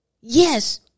Yes